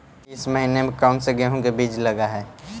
ईसके महीने मे कोन सा गेहूं के बीज लगे है?